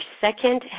second